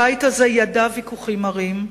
הבית הזה ידע ויכוחים מרים,